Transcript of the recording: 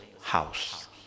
house